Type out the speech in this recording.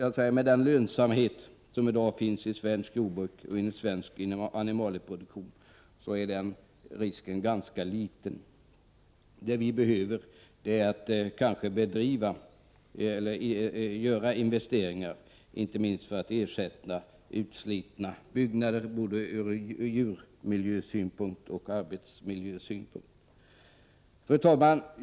Med tanke på lönsamheten inom svenskt jordbruk och inom svensk animalieproduktion är den risken ganska liten. Vad som behövs är investeringar, inte minst för att ersätta utslitna byggnader, både ur djurmiljösynpunkt och ur arbetsmiljösynpunkt. Fru talman!